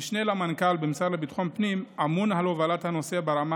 המשנה למנכ"ל במשרד לביטחון הפנים אמון על הובלת הנושא ברמה